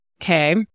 Okay